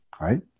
right